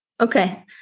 okay